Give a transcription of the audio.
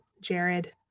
Jared